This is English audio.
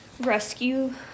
rescue